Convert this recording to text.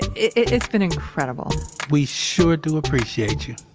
it's been incredible we sure do appreciate you